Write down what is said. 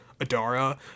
adara